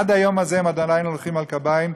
עד היום הזה הם עדיין הולכים על קביים.